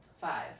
Five